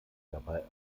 dabei